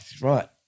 right